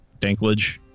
Danklage